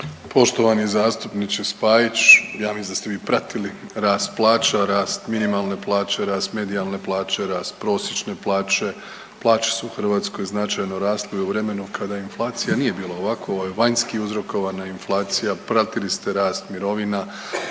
Poštovani zastupniče Spajić, ja mislim da ste vi pratili rast plaća, rast minimalne plaće, rast medijalne plaće, rast prosječne plaće, plaće su u Hrvatskoj značajno rasle u vremenu kada inflacija nije bila ovakva, ovo je vanjski uzrokovana inflacija, pratili ste rast mirovina,